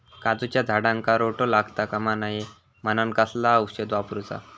काजूच्या झाडांका रोटो लागता कमा नये म्हनान कसला औषध वापरूचा?